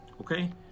Okay